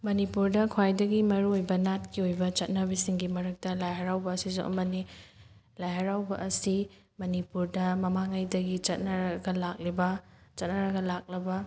ꯃꯅꯤꯄꯨꯔꯗ ꯈ꯭ꯋꯥꯏꯗꯒꯤ ꯃꯔꯨ ꯑꯣꯏꯕ ꯅꯥꯠꯀꯤ ꯑꯣꯏꯕ ꯆꯠꯅꯕꯤꯁꯤꯡꯒꯤ ꯃꯔꯛꯇ ꯂꯥꯏ ꯍꯔꯥꯎꯕ ꯑꯁꯤꯁꯨ ꯑꯃꯅꯤ ꯂꯥꯏ ꯍꯔꯥꯎꯕ ꯑꯁꯤ ꯃꯅꯤꯄꯨꯔꯗ ꯃꯃꯥꯡꯉꯩꯗꯒꯤ ꯆꯠꯅꯔꯒ ꯂꯥꯛꯂꯤꯕ ꯆꯠꯅꯔꯒ ꯂꯥꯛꯂꯕ